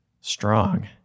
strong